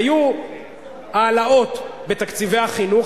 היו העלאות בתקציבי החינוך,